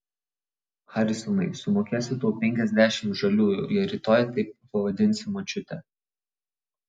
harisonai sumokėsiu tau penkiasdešimt žaliųjų jei rytoj taip pavadinsi močiutę